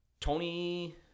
Tony